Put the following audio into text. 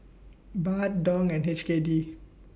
Baht Dong and H K D